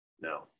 No